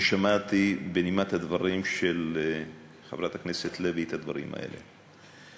ושמעתי בנימת הדברים של חברת הכנסת לוי את הדברים האלה: